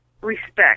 Respect